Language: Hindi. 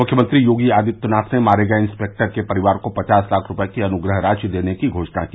मुख्यमंत्री योगी आदित्यनाथ ने मारे गए इंसपेक्टर के परिवार को पवास लाख रूपए की अनुग्रह राशि देने की घोषणा की